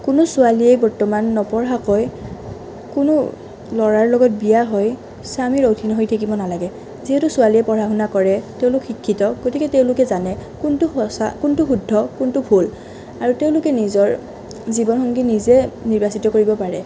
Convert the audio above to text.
কোনো ছোৱালীয়ে বৰ্তমান নপঢ়াকৈ কোনো ল'ৰাৰ লগত বিয়া হৈ স্বামীৰ অধীন হৈ থাকিব নালাগে যিহেতু ছোৱালীয়ে পঢ়া শুনা কৰে তেওঁলোক শিক্ষিত গতিকে তেওঁলোকে জানে কোনটো সঁচা কোনটো শুদ্ধ কোনটো ভুল আৰু তেওঁলোকে নিজৰ জীৱনসংগী নিজে নিৰ্বাচিত কৰিব পাৰে